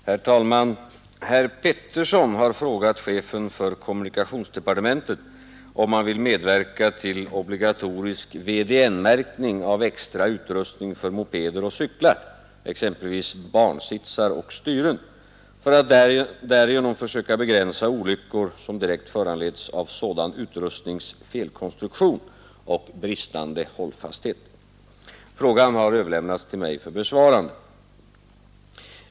Herr talman! Herr Petersson i Röstånga har frågat chefen för kommunikationsdepartementet om han vill medverka till obligatorisk VDN-märkning av extra utrustning för mopeder och cyklar för att därigenom försöka begränsa olyckor som direkt föranleds av sådan utrustnings felkonstruktion och bristande hållfasthet. Frågan har överlämnats till mig för besvarande.